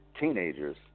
teenagers